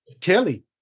Kelly